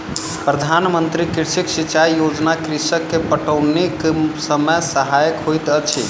प्रधान मंत्री कृषि सिचाई योजना कृषक के पटौनीक समय सहायक होइत अछि